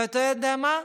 ואתה יודע מה?